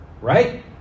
right